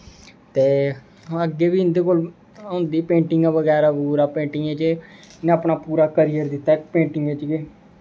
ते अग्गें बी इं'दे कोल होंदियां पेंटिंगां बगैरा पूरा पेंटिंगें च इ'नें अपना पूरा करियर दित्ता पेंटिंगें च गै